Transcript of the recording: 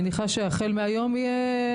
אני מניחה שהחל מהרגע